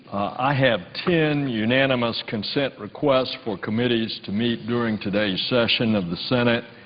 i have ten unanimous consent requests for committees to meet during today's session of the senate.